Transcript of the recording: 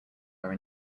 are